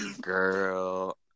girl